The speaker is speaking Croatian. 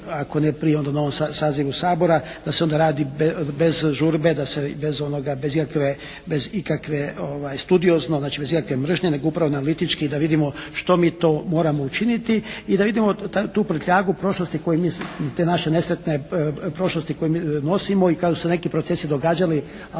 da se bez onoga, bez ikakve, studiozno znači bez ikakve mržnje nego upravo analitički da vidimo što mi to moramo učiniti i da vidimo tu prtljagu prošlosti koju mi, te naše nesretne prošlosti koju mi